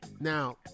Now